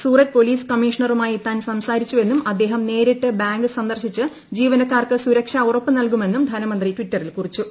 Surat police കമ്മീഷണറുമായി താൻ സംസാരിച്ചുവെന്നും അദ്ദേഹം നേരിട്ട് ബാങ്ക് സന്ദർശിച്ച് ജീവനക്കാർക്ക് സുരക്ഷ ഉദ്യപ്പ് നൽകുമെന്നും ധനമന്ത്രി ടിറ്ററിൽ കുറിച്ചു